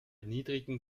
niedrigen